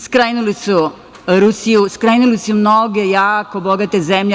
Skrajnuli su Rusiju, skrajnuli su i mnoge jako bogate zemlje.